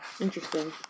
Interesting